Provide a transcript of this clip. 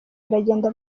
biragenda